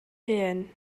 hun